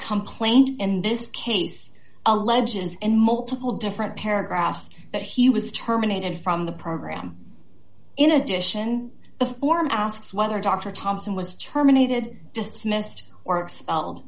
complaint in this case alleges and multiple different paragraphs that he was terminated from the program in addition to a form asks whether dr thompson was terminated dismissed or expelled